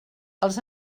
els